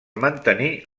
mantenir